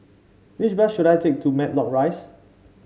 which bus should I take to Matlock Rise